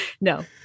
no